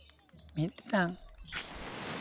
ᱢᱤᱫᱴᱟᱝ